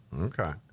Okay